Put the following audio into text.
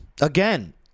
Again